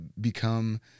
become